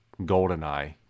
GoldenEye